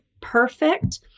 perfect